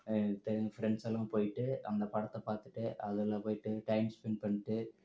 எனக்கு தெரிஞ்ச ஃப்ரெண்ட்ஸெல்லாம் போய்விட்டு அந்த படத்தை பார்த்துட்டு அதில் போய்விட்டு டைம் ஸ்பெண்ட் பண்ணிட்டு